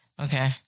Okay